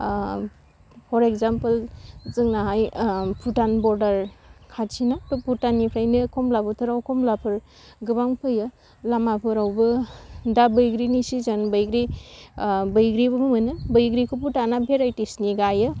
पर इगजामफोल जोंनाहाय ओम भुटान बरदार खाथिना बे भुटाननिफायनो कमला बोथोराव कमलाफोर गोबां फैयो लामाफोरावबो दा बैग्रिनि सिजेन बैग्रि बैग्रिबो मोनो बैग्रिखौबो दाना भेरायटिसनि गायो